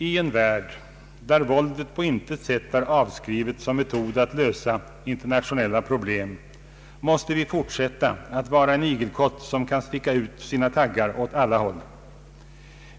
I en värld där våldet på intet sätt är avskrivet som metod att lösa internationella problem måste vi fortsätta att vara en igelkott som kan sticka ut sina taggar åt olika håll.